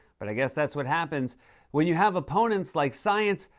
but i guess that's what happens when you have opponents like science,